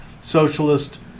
socialist